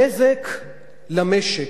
הנזק למשק,